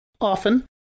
often